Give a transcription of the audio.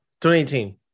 2018